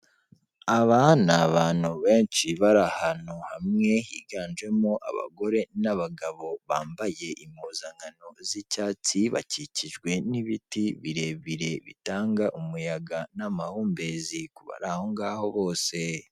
Aba ni abantu benshi bari ahantu hamwe higanjemo abagore n'abagabo bambaye impuzankano z'icyatsi, bakikijwe n'ibiti birebire bitanga umuyaga n'amahumbezi ku bari aho ngaho bose.